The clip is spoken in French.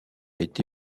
été